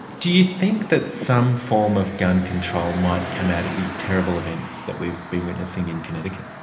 do you think that some form of gun control might come out of the terrible events that we've been witnessing in connecticut?